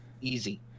easy